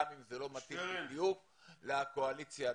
גם אם זה לא מתאים בדיוק לקואליציה הנוכחית.